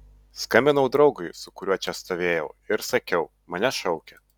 skambinau draugui su kuriuo čia stovėjau ir sakiau mane šaukia